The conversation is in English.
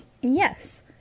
Yes